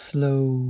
Slow